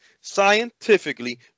scientifically